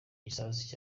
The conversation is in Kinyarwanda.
igisasu